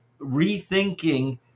Rethinking